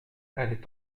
allait